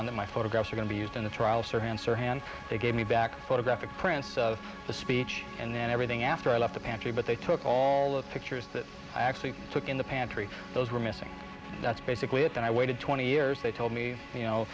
that my photographs are going to be used in the trial sort of answer hand they gave me back photographic prints of the speech and then everything after i left the pantry but they took all of the pictures that i actually took in the pantry those were missing that's basically it and i waited twenty years they told me you know